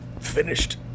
finished